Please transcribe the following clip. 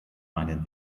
meinen